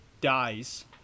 dies